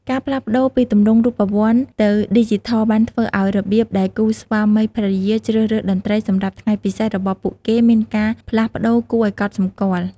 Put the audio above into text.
ការផ្លាស់ប្តូរពីទម្រង់រូបវ័ន្តទៅឌីជីថលបានធ្វើឱ្យរបៀបដែលគូស្វាមីភរិយាជ្រើសរើសតន្ត្រីសម្រាប់ថ្ងៃពិសេសរបស់ពួកគេមានការផ្លាស់ប្តូរគួរឱ្យកត់សម្គាល់។